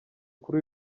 kuri